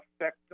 affect